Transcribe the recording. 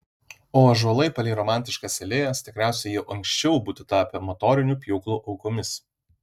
o ąžuolai palei romantiškas alėjas tikriausiai jau anksčiau būtų tapę motorinių pjūklų aukomis